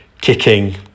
kicking